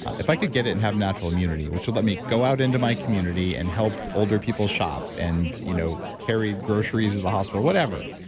if i could get it and have natural immunity, which would let me go out into my community and help older people shop and you know carry groceries to the hospital, whatever,